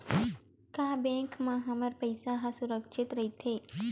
का बैंक म हमर पईसा ह सुरक्षित राइथे?